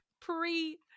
pre